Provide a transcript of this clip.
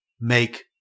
make